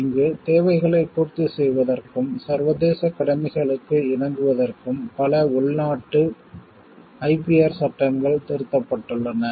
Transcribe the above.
இங்கு தேவைகளைப் பூர்த்தி செய்வதற்கும் சர்வதேசக் கடமைகளுக்கு இணங்குவதற்கும் பல உள்நாட்டு IPR சட்டங்கள் திருத்தப்பட்டுள்ளன